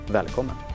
Välkommen